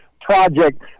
project